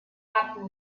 ratten